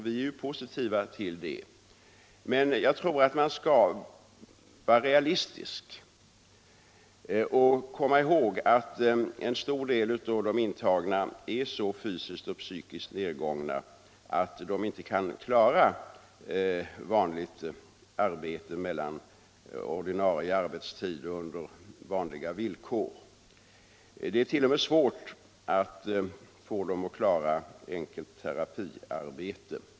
Vi är positiva till det, men jag tror att man skall vara realistisk och komma ihåg att en stor del av de intagna är fysiskt och psykiskt så nergångna att de inte kan klara vanligt arbete under ordinarie tid och på vanliga villkor. Det är t.o.m. svårt att få dem att klara enkelt terapiarbete.